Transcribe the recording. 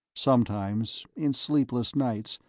sometimes, in sleepless nights,